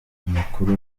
amakuru